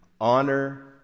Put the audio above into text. Honor